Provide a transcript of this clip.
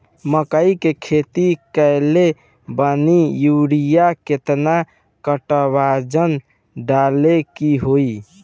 मकई के खेती कैले बनी यूरिया केतना कट्ठावजन डाले के होई?